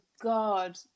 god